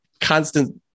constant